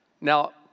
Now